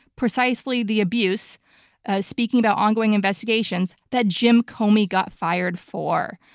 precisely the abuse speaking about ongoing investigations that jim comey got fired for.